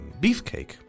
beefcake